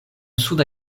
suda